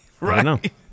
Right